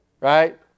Right